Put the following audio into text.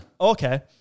Okay